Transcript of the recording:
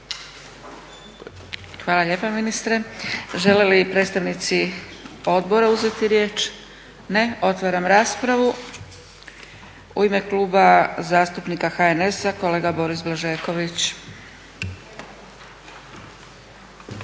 Hvala lijepa ministre. Žele li predstavnici odbora uzeti riječ? Ne. Otvaram raspravu. U ime Kluba zastupnika HNS-a kolega Boris Blažeković.